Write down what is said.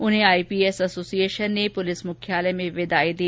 उन्हें IPS association ने आज पुलिस मुख्यालय में विदाई दी